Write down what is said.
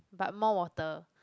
but more water